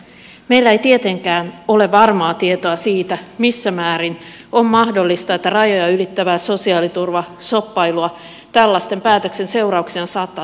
meillä ei tietenkään ole varmaa tietoa siitä missä määrin on mahdollista että rajoja ylittävää sosiaaliturvashoppailua tällaisten päätösten seurauksena saattaa tapahtua